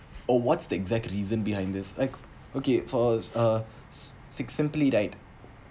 or what's the exact reason behind this like okay for uh s~ six simply right